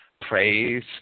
Praise